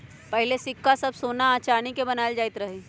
पहिले सिक्का सभ सोना आऽ चानी के बनाएल जाइत रहइ